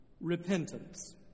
repentance